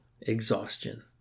exhaustion